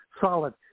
solid